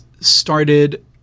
started